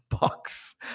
box